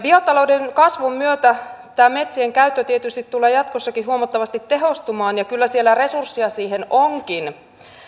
biotalouden kasvun myötä tämä metsien käyttö tietysti tulee jatkossakin huomattavasti tehostumaan ja kyllä siellä resursseja siihen onkin